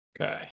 Okay